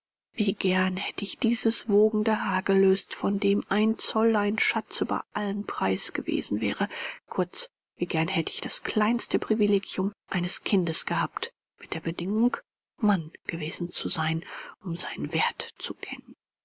wie gern hätte ich dieses wogende haar gelöst von dem ein zoll ein schatz über allen preis gewesen wäre kurz wie gern hätte ich das kleinste privilegium eines kindes gehabt mit der bedingung mann genug zu sein um seinen wert zu kennen